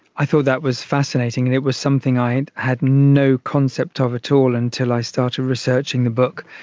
i thought that was fascinating and it was something i had no concept of at all until i started researching the book.